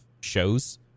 shows